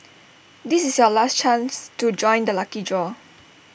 this is your last chance to join the lucky draw